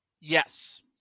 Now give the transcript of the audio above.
Yes